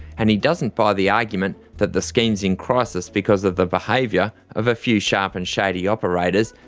and he doesn't buy the argument that the scheme is in crisis because of the behaviour of a few sharp and shady operators,